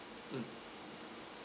um